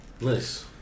Nice